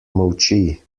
molči